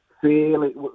fairly